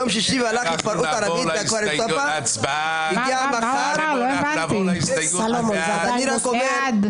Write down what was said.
נצביע על הסתייגות 240. מי בעד?